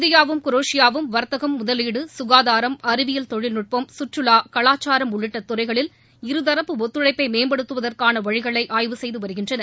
இந்தியாவும் குரேஷியாவும் வர்த்தகம் முதலீடு ககாதாரம் அறிவியல் தொழில்நுட்பம் கற்றுவா கலாக்சாரம் உள்ளிட்ட துறைகளில் இருதரப்பு ஒத்துழைப்பை மேம்படுத்துவதற்கான வழிகளை ஆய்வு செய்து வருகின்றன